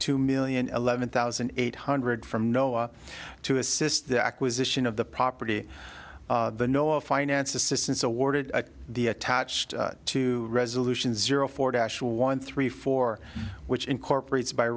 two million eleven thousand eight hundred from noah to assist the acquisition of the property the noah finance assistance awarded the attached to resolution zero four dash one three four which incorporates by